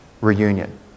reunion